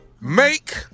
Make